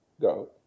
go